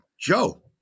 Joe